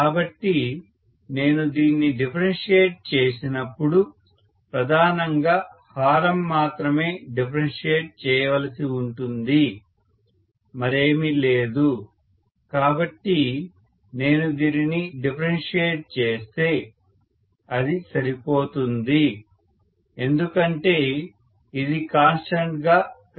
కాబట్టి నేను దీన్ని డిఫరెన్షియేట్ చేసేటప్పుడు ప్రధానంగా హారం మాత్రమే డిఫరెన్షియేట్ చేయవలసి ఉంటుంది మరేమీ లేదు కాబట్టి నేను దీనిని డిఫరెన్షియేట్ చేస్తే అది సరిపోతుంది ఎందుకంటే ఇది కాన్స్టెంట్గా కనిపిస్తుంది